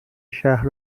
شهر